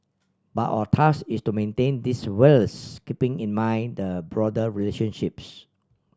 but our task is to maintain this whilst keeping in mind the broader relationships